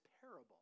parable